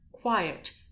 quiet